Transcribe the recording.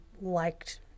liked